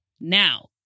now